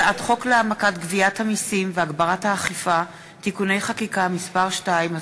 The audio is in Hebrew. הצעת חוק להעמקת גביית המסים והגברת האכיפה (תיקוני חקיקה) (מס' 2),